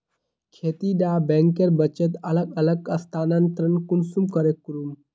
खेती डा बैंकेर बचत अलग अलग स्थानंतरण कुंसम करे करूम?